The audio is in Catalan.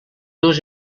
dues